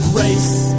race